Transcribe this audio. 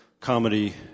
comedy